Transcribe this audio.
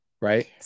Right